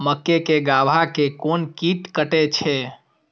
मक्के के गाभा के कोन कीट कटे छे?